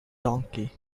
donkey